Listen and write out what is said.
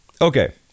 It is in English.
Okay